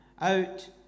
out